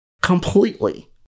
completely